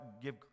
give